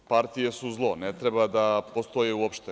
Partije su zlo, ne treba da postoje uopšte.